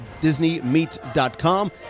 DisneyMeet.com